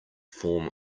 form